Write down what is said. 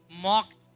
mocked